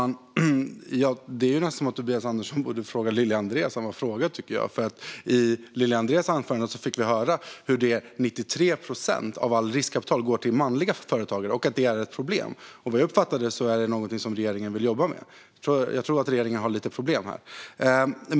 Herr talman! Det är någonting som Tobias Andersson borde fråga Lili André, för i Lili Andrés anförande fick vi höra att 93 procent av allt riskkapital går till manliga företagare och att det är ett problem. Jag uppfattade att det är någonting som regeringen vill jobba med. Jag tror att regeringen har lite problem här.